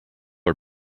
are